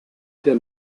der